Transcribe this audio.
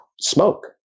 smoke